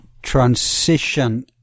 Transition